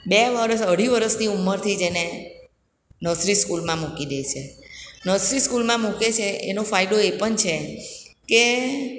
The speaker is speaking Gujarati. બે વર્ષ અઢી વર્ષથી ઉંમરથી જ એને નર્સરી સ્કૂલમાં મૂકી દે છે નર્સરી સ્કૂલમાં મૂકે છે એનો ફાયદો એ પણ છે કે